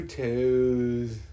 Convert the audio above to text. toes